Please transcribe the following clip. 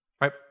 right